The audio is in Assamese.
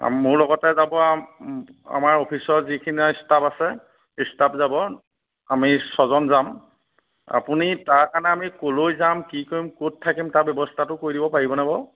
আৰু মোৰ লগতে যাব আমাৰ অফিচৰ যিখিনি ষ্টাফ আছে ষ্টাফ যাব আমি ছজন যাম আপুনি তাৰ কাৰণে আমি ক'লৈ যাম কি কৰিম ক'ত থাকিম তাৰ ব্যৱস্থাটো কৰি দিব পাৰিবনে বাৰু